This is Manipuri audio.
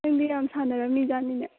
ꯅꯪꯗꯤ ꯌꯥꯝ ꯁꯥꯟꯅꯔꯝꯃꯤ ꯖꯥꯠꯅꯤꯅꯦ